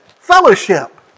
fellowship